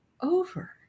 over